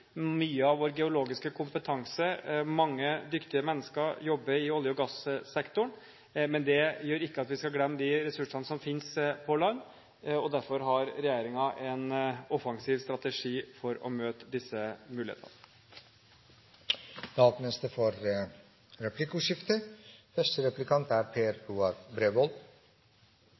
Mye av vår geologiske kompetanse, mange dyktige mennesker, jobber i olje- og gassektoren. Men det betyr ikke at vi skal glemme de ressursene som finnes på land. Derfor har regjeringen en offensiv strategi for å møte disse mulighetene. Det blir replikkordskifte. Før var det nærmest fritt fram for